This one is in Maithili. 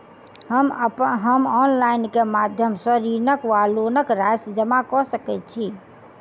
हम ऑनलाइन केँ माध्यम सँ ऋणक वा लोनक राशि जमा कऽ सकैत छी?